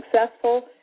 successful